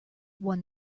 one